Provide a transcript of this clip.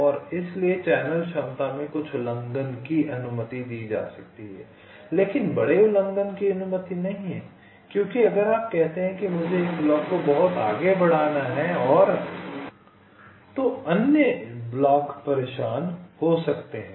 और इसलिए चैनल क्षमता में कुछ उल्लंघन की अनुमति दी जा सकती है लेकिन बड़े उल्लंघन की अनुमति नहीं है क्योंकि अगर आप कहते हैं कि मुझे एक ब्लॉक को बहुत आगे बढ़ाना है तो अन्य ब्लॉक परेशान हो सकते हैं